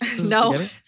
No